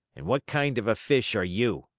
and what kind of a fish are you?